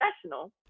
professional